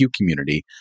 community